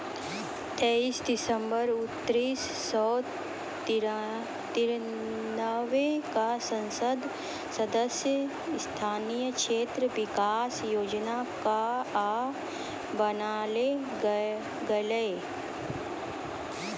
तेइस दिसम्बर उन्नीस सौ तिरानवे क संसद सदस्य स्थानीय क्षेत्र विकास योजना कअ बनैलो गेलैय